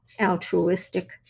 altruistic